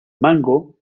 mango